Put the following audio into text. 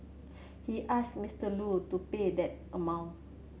he asked Mister Lu to pay that amount